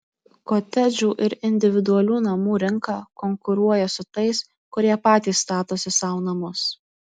kotedžų ir individualių namų rinka konkuruoja su tais kurie patys statosi sau namus